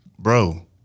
Bro